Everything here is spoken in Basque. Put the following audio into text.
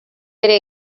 ere